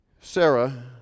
Sarah